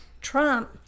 Trump